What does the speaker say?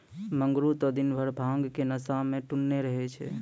मंगरू त दिनभर भांग के नशा मॅ टुन्न रहै